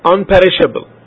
Unperishable